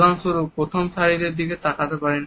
উদাহরণস্বরূপ প্রথম সারির দিকে তাকাতে পারেন